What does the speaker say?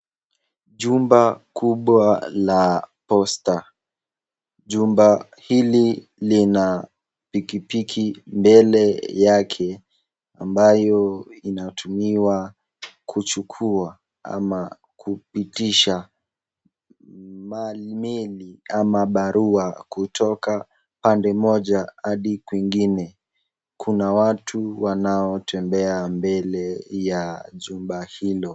Jumba kubwa la posta, Jumba hili lina pikipiki mbele yake ambayo inatumiwa kuchukua ama kupitisha meli ama barua kutoka pande moja hadi kwingine, kuna watu ambao wanao tembea mbele ya jumba hilo.